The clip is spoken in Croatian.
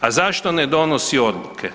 A zašto ne donosi odluke?